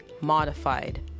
modified